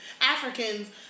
Africans